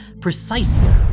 precisely